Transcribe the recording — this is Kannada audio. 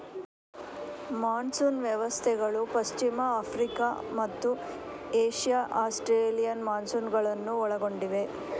ಮಾನ್ಸೂನ್ ವ್ಯವಸ್ಥೆಗಳು ಪಶ್ಚಿಮ ಆಫ್ರಿಕಾ ಮತ್ತು ಏಷ್ಯಾ ಆಸ್ಟ್ರೇಲಿಯನ್ ಮಾನ್ಸೂನುಗಳನ್ನು ಒಳಗೊಂಡಿವೆ